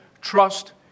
trust